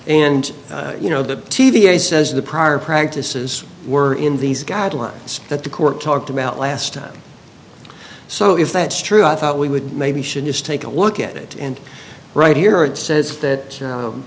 and you know the t v s says the prior practices were in these guidelines that the court talked about last time so if that's true i thought we would maybe should just take a look at it and right here it says that